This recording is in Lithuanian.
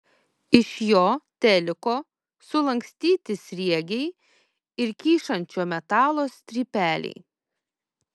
iš jo teliko sulankstyti sriegiai ir kyšančio metalo strypeliai